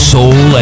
Soul